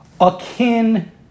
akin